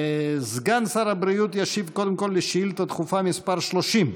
סגן שר הבריאות ישיב קודם כול על שאילתה דחופה מס' 30,